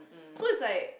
so is like